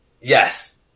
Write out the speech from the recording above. Yes